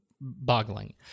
boggling